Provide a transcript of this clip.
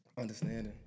Understanding